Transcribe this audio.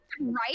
Right